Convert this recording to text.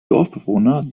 dorfbewohner